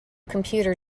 computer